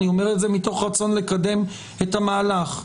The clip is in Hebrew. אני אומר את זה מתוך רצון לקדם את המהלך.